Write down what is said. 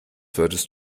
würdest